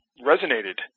resonated